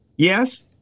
Yes